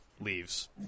leaves